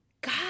God